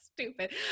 stupid